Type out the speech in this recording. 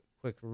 quick